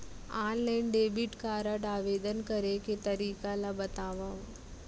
Online debit card आवेदन करे के तरीका ल बतावव?